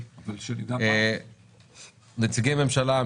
נציגי הממשלה,